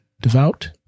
devout